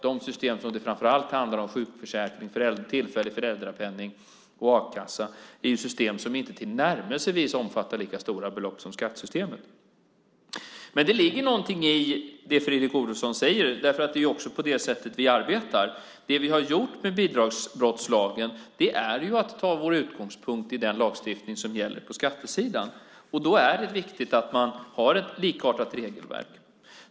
De system som det framför allt handlar om, sjukförsäkring, tillfällig föräldrapenning och a-kassa, är system som inte tillnärmelsevis omfattar lika stora belopp som skattesystemet. Men det ligger någonting i det Fredrik Olovsson säger därför att det är också på det sättet vi arbetar. Det vi gör med bidragsbrottslagen är att vi tar vår utgångspunkt i den lagstiftning som gäller på skattesidan, och då är det viktigt att man har ett likartat regelverk.